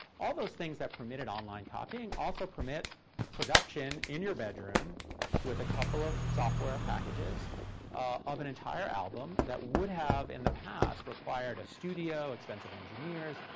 all those things that permitted online copying also permit production in your bedroom with a couple of software packages of an entire album that would have, in the past, required a studio, expensive engineers,